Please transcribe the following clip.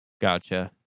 Gotcha